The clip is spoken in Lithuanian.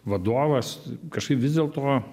vadovas kažkaip vis dėlto